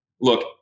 Look